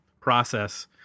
process